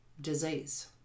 disease